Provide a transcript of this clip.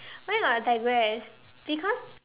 where got digress because